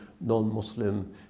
non-Muslim